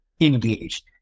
engaged